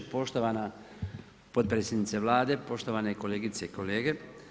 Poštovana potpredsjednice Vlade, poštovane kolegice i kolege.